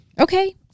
Okay